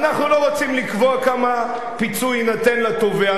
אנחנו לא רוצים לקבוע כמה פיצוי יינתן לתובע,